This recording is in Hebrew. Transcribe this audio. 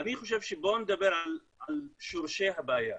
אני חושב שבואו נדבר על שורשי הבעיה.